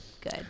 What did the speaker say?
good